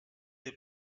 les